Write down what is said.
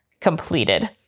completed